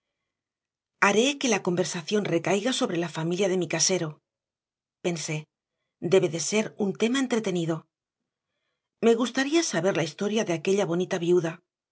haré que la conversación recaiga sobre la familia de mi casero pensé debe de ser un tema entretenido me gustaría saber la historia de aquella bonita viuda